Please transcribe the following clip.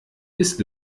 ist